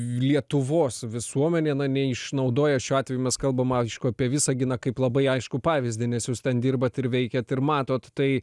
lietuvos visuomenė neišnaudoja šiuo atveju mes kalbam aišku apie visaginą kaip labai aiškų pavyzdį nes jūs ten dirbat ir veikiat ir matot tai